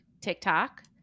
TikTok